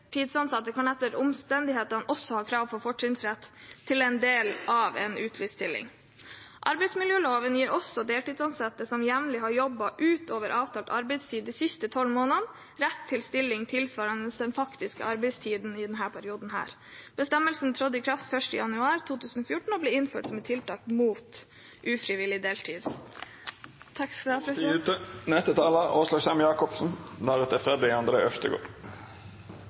kan etter omstendighetene også ha krav på fortrinnsrett til en del av en utlyst stilling. Arbeidsmiljøloven gir også deltidsansatte som jevnlig har jobbet utover avtalt arbeidstid de siste tolv månedene, rett til stilling tilsvarende deres faktiske arbeidstid i denne perioden. Bestemmelsen trådte i kraft 1. januar 2014, og ble innført som et tiltak mot ufrivillig deltid.